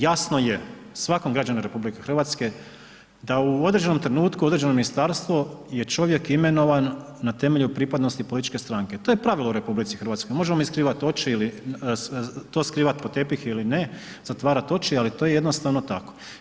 Jasno je svakom građaninu RH da u određenom trenutku u određenom ministarstvu je čovjek imenovan na temelju pripadnosti političke stranke, to je pravilo u RH, možemo mi skrivati oči ili to skrivat pod tepih ili ne, zatvarat oči ali to je jednostavno tako.